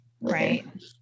Right